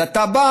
אז אתה בא